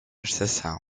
estação